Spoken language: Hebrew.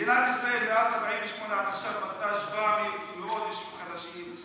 מדינת ישראל מאז 48' עד עכשיו בנתה 700 יישובים חדשים,